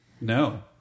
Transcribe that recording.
No